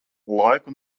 laiku